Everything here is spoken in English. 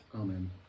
amen